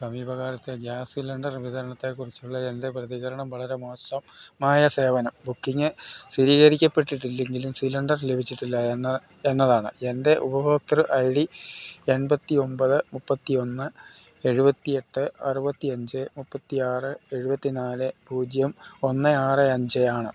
സമീപകാലത്തെ gas cylinder വിതരണത്തെക്കുറിച്ചുളള എൻ്റെ പ്രതികരണം വളരെ മോശം മായ സേവനം ബുക്കിംഗ് സ്ഥിരീകരിക്കപ്പെട്ടിട്ടില്ലെങ്കിലും സിലിണ്ടർ ലഭിച്ചിട്ടില്ലായെന്നതാണ് എൻ്റെ ഉപഭോക്തൃ ഐ ഡി എൺപത്തിയൊമ്പത് മുപ്പത്തിയൊന്ന് എഴുപത്തിയെട്ട് അറുപത്തിയഞ്ച് മുപ്പത്തിയാറ് എഴുപത്തിന്നാല് പൂജ്യം ഒന്ന് ആറ് അഞ്ചാണ്